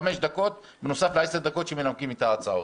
חמש דקות, בנוסף לעשר הדקות של נימוק ההצעות.